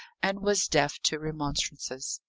and was deaf to remonstrances.